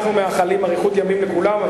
אנחנו מאחלים אריכות ימים לכולם,